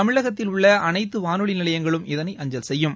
தமிழகத்தில் உள்ள அனைத்து வானொலி நிலையங்களும் இதனை அஞ்சல் செய்யும்